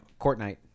Fortnite